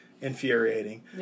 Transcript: infuriating